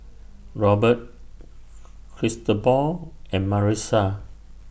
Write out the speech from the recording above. Robert Cristobal and Marissa